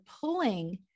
pulling